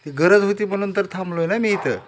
ती गरज होती म्हणून तर थांबलो ना मी इथं